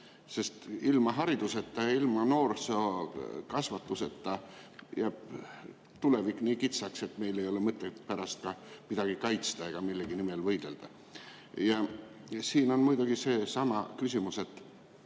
Ilma hariduseta, ilma noorsoo kasvatuseta jääb tulevik nii kitsaks, et meil ei ole mõtet pärast ka midagi kaitsta ega millegi nimel võidelda. Siin on muidugi seesama küsimus, et